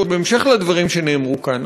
בהמשך לדברים שנאמרו כאן,